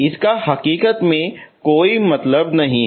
इसका हकीकत में कोई मतलब नहीं है